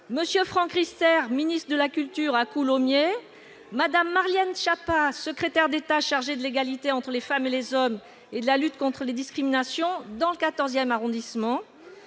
M. Franck Riester, ministre de la culture, à Coulommiers ; Mme Marlène Schiappa, secrétaire d'État chargée de l'égalité entre les femmes et les hommes et de la lutte contre les discriminations, dans le quatorzième arrondissement